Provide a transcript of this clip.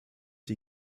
die